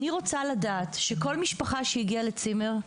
אני רוצה לדעת שכל משפחה שהגיעה לצימר,